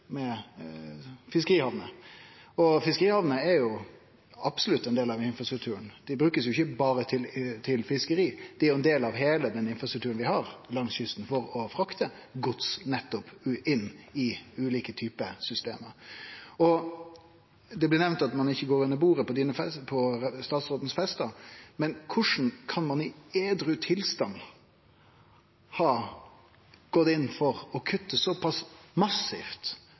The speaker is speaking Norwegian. til med fiskerihamner. Og fiskerihamner er jo absolutt ein del av infrastrukturen. Dei blir ikkje berre brukte til fiskeri, dei er ein del av heile den infrastrukturen vi har langs kysten for å frakte gods nettopp inn i ulike typar system. Det blei nemnt at ein ikkje går under bordet på statsråden sine festar, men korleis kan ein i edru tilstand ha gått inn for å kutte så pass massivt